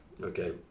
okay